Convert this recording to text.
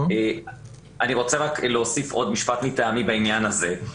אני רוצה להוסיף עוד משפט מטעמי בעניין הזה.